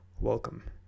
Welcome